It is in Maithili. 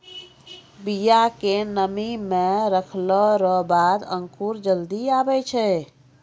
बिया के नमी मे रखलो रो बाद अंकुर जल्दी आबै छै